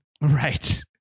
Right